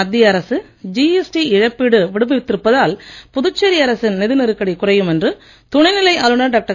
மத்திய அரசு ஜிஎஸ்டி இழப்பீடு விடுவித்திருப்பதால் புதுச்சேரி அரசின் நிகி நெருக்கடி குறையும் என்று துணைநிலை ஆளுனர் டாக்டர்